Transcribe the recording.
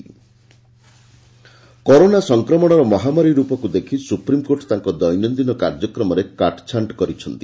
SC corona corona ସଂକ୍ରମଣର ମହାମାରୀ ରୂପକୁ ଦେଖି ସୁପ୍ରିମ୍କୋର୍ଟ ତାଙ୍କ ଦୈନିକ କାର୍ଯ୍ୟକ୍ରମରେ କାଟଛାଣ୍ଟ୍ କରିଛନ୍ତି